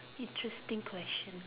interesting question